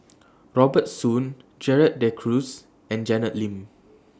Robert Soon Gerald De Cruz and Janet Lim